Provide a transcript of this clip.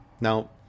Now